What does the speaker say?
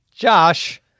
Josh